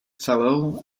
fellow